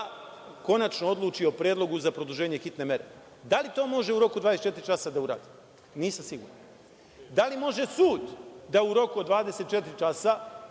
konačno odluči o predlogu za produženje hitne mere. Da li to može u roku od 24 časa da uradi? Nisam siguran. Da li može sud da u roku od 24 časa